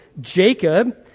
Jacob